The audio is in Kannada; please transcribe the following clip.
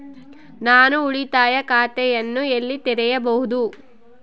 ನಾನು ಉಳಿತಾಯ ಖಾತೆಯನ್ನು ಎಲ್ಲಿ ತೆರೆಯಬಹುದು?